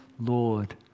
Lord